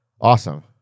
Awesome